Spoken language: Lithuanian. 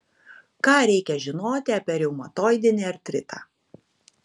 ką reikia žinoti apie reumatoidinį artritą